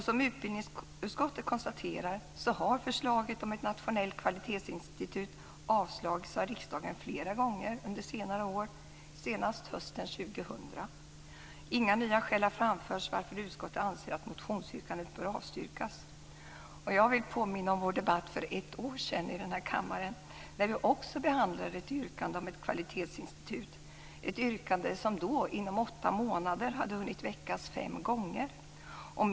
Som utbildningsutskottet konstaterar har förslaget om ett nationellt kvalitetsinstitut avslagits av riksdagen flera gånger under senare år, senast hösten 2000. Inga nya skäl har framförts, varför utskottet anser att motionsyrkandet bör avstyrkas. Jag vill påminna om vår debatt för ett år sedan i den här kammaren då vi också behandlade ett yrkande om ett kvalitetsinstitut, ett yrkande som hade hunnit väckas fem gånger inom åtta månader.